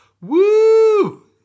woo